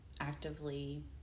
actively